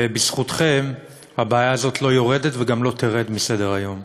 ובזכותכם הבעיה הזאת לא יורדת וגם לא תרד מסדר-היום.